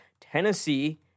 Tennessee